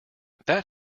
that